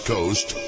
Coast